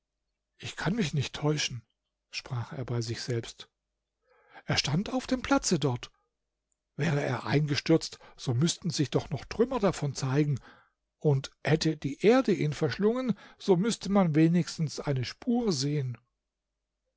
ich kann mich nicht täuschen sprach er bei sich selbst er stand auf dem platze dort wäre er eingestürzt so müßten sich doch noch trümmer davon zeigen und hätte die erde ihn verschlungen so müßte man wenigstens eine spur sehen